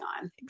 on